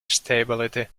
stability